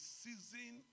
season